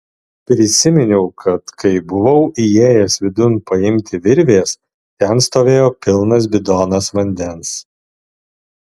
prisiminiau kad kai buvau įėjęs vidun paimti virvės ten stovėjo pilnas bidonas vandens